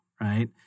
right